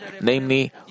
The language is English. namely